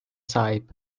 sahip